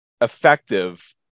effective